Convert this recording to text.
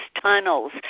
tunnels